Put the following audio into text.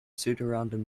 pseudorandom